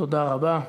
תודה רבה.